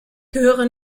gehöre